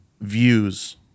views